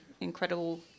incredible